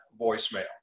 voicemail